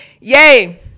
Yay